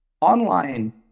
Online